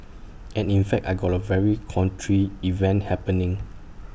and in fact I got A very contrary event happening